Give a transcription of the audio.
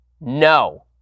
No